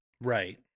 Right